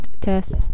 test